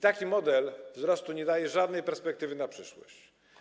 Taki model wzrostu nie daje żadnej perspektywy na przyszłość.